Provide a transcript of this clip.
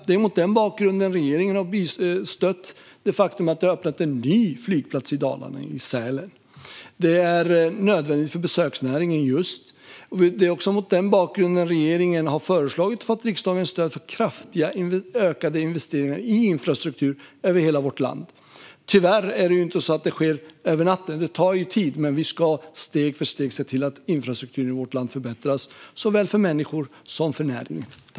Det är mot den bakgrunden regeringen har stött att man öppnat en ny flygplats i Dalarna, i Sälen. Det är nödvändigt för just besöksnäringen. Det är också mot den bakgrunden regeringen har föreslagit och fått riksdagens stöd för kraftigt ökade investeringar i infrastruktur över hela vårt land. Tyvärr sker det inte över en natt. Det tar tid, men vi ska steg för steg se till att infrastrukturen i vårt land förbättras såväl för människorna som för näringen.